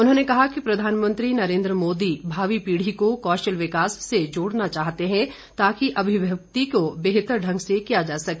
उन्होंने कहा कि प्रधानमंत्री नरेन्द्र मोदी भावी पीढ़ी को कौशल विकास से जोड़ना चाहते हैं ताकि अभिव्यक्ति को बेहतर ढंग से किया जा सके